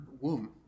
womb